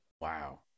Wow